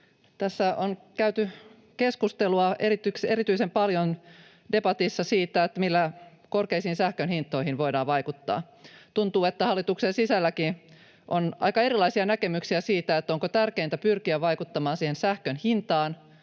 Tässä on käyty keskustelua debatissa erityisen paljon siitä, millä korkeisiin sähkön hintoihin voidaan vaikuttaa. Tuntuu, että hallituksen sisälläkin on aika erilaisia näkemyksiä siitä, onko tärkeintä pyrkiä vaikuttamaan siihen sähkön hintaan,